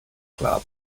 club